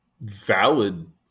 valid